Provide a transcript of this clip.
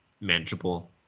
manageable